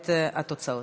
בעד.